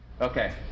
okay